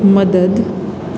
મદદ